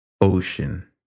ocean